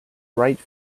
right